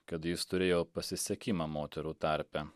kad jis turėjo pasisekimą moterų tarpe